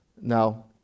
Now